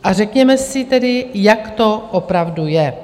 A řekněme si tedy, jak to opravdu je.